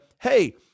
hey